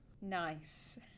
Nice